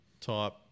type